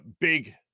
big